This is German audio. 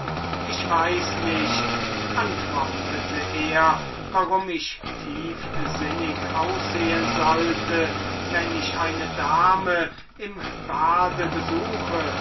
ich weiß nicht antwortete er warum ich tiefsinnig aussehen sollte wenn ich eine dame im bade besuche